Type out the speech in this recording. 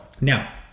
Now